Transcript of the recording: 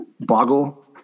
Boggle